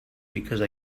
because